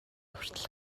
хүртэл